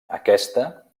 aquesta